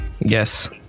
Yes